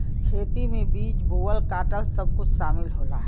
खेती में बीज बोवल काटल सब कुछ सामिल होला